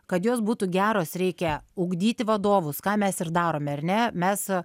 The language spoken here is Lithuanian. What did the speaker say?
kad jos būtų geros reikia ugdyti vadovus ką mes ir darome ar ne mes